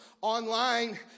online